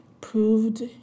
proved